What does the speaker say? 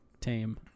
tame